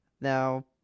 Now